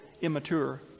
immature